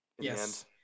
yes